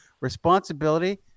responsibility